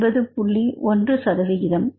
1 சதவீதம்